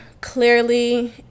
clearly